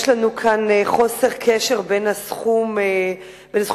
יש לנו כאן חוסר קשר בין סכום ההוצאה